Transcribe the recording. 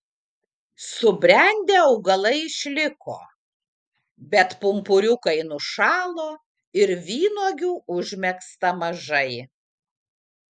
subrendę augalai išliko bet pumpuriukai nušalo ir vynuogių užmegzta mažai